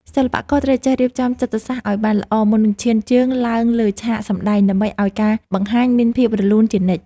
សិល្បករត្រូវចេះរៀបចំចិត្តសាស្ត្រឱ្យបានល្អមុននឹងឈានជើងឡើងលើឆាកសម្តែង ដើម្បីឱ្យការបង្ហាញមានភាពរលូនជានិច្ច។